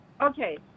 Okay